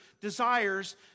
desires